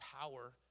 power